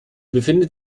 befindet